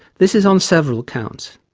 this is on several counts.